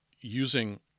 using